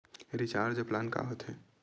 Recharge plan का होथे?